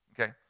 Okay